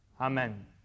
Amen